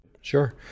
Sure